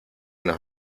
nos